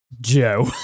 Joe